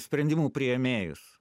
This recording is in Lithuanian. sprendimų priėmėjus